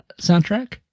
soundtrack